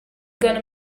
gonna